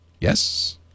Yes